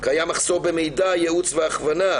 קיים מחסור במידע, ייעוץ והכוון.